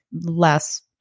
less